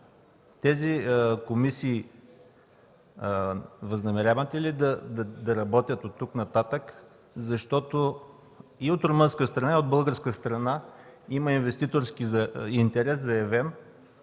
тези комисии възнамеряват ли да работят от тук нататък? И от румънска страна, и от българска страна има заявен инвеститорски интерес.